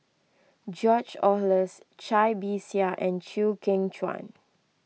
George Oehlers Cai Bixia and Chew Kheng Chuan